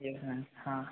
जी ma'am हाँ